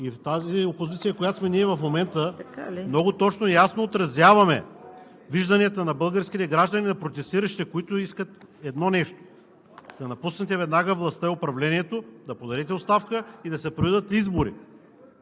Тази опозиция, която сме ние в момента, много точно и ясно отразяваме вижданията на българските граждани и на протестиращите, които искат едно нещо – да напуснете веднага властта и управлението, да подадете оставка и да се проведат избори,